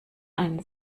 einen